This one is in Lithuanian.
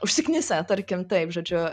užsiknisę tarkim taip žodžiu